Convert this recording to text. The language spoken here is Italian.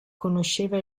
conosceva